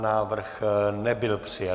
Návrh nebyl přijat.